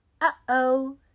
Uh-oh